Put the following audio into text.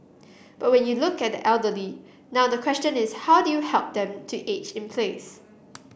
but when you look at the elderly now the question is how do you help them to age in place